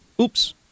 Oops